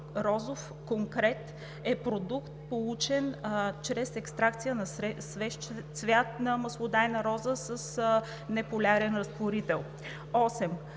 „Розов конкрет“ е продукт, получен чрез екстракция от свеж цвят от маслодайна роза с неполярен разтворител.